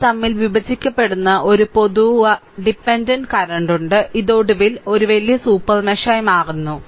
അവ തമ്മിൽ വിഭജിക്കപ്പെടുന്ന ഒരു പൊതു ഡിപെൻഡന്റ് കറന്റുണ്ട് ഇത് ഒടുവിൽ ഇത് ഒരു വലിയ സൂപ്പർ മെഷായി മാറുന്നു